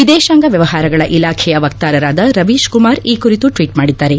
ವಿದೇಶಾಂಗದ ವ್ಯವಹಾರಗಳ ಇಲಾಖೆಯ ವಕ್ತಾರರಾದ ರವೀಶ್ ಕುಮಾರ್ ಈ ಕುರಿತು ಟ್ವೀಟ್ ಮಾಡಿದ್ದಾರೆ